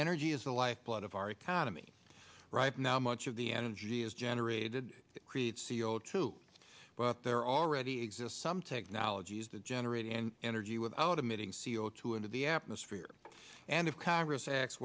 energy is the lifeblood of our economy right now much of the energy is generated create c o two but there are already exist some technologies that generate and energy without emitting c o two into the atmosphere and if congress acts